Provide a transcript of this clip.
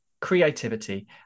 creativity